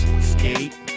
Skate